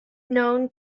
known